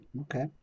Okay